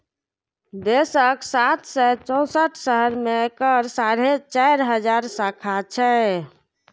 देशक सात सय चौंसठ शहर मे एकर साढ़े चारि हजार शाखा छै